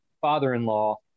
father-in-law